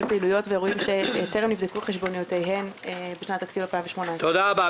פעילויות ואירועים שטרם נבדקו חשבוניותיהם בשנת התקציב 2018. תודה רבה.